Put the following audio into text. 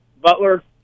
Butler